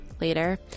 later